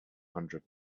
hundred